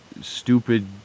stupid